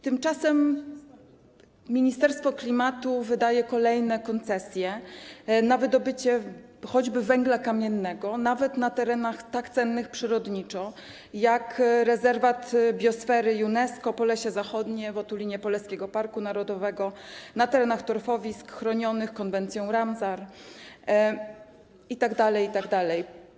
Tymczasem Ministerstwo Klimatu wydaje kolejne koncesje na wydobycie choćby węgla kamiennego nawet na terenach tak cennych przyrodniczo jak Rezerwat Biosfery UNESCO Polesie Zachodnie w otulinie Poleskiego Parku Narodowego, na terenach torfowisk chronionych konwencją Ramsar itd., itd.